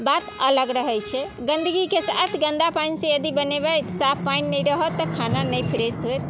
बात अलग रहैत छै गंदगीके साथ गन्दा पानि से यदि बनेबै साफ पानि नहि रहत तऽ खाना नहि फ्रेश होयत